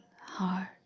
heart